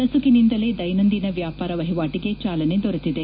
ನಸುಕಿನಿಂದಲೇ ದೈನಂದಿನ ವ್ಯಾಪಾರ ವಹಿವಾಟಿಗೆ ಚಾಲನೆ ದೊರೆತಿದೆ